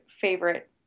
favorite